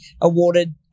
awarded